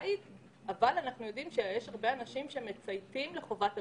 יש הרבה אנשים שמצייתים לחובת הבידוד,